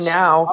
now